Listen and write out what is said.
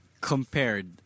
Compared